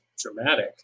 dramatic